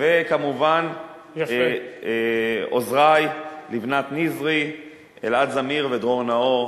וכמובן, עוזרי, לבנת נזרי, אלעד זמיר ודרור נאור.